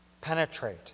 penetrate